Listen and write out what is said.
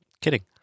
Kidding